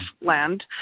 land